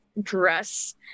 dress